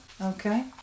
Okay